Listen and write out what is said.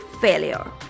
failure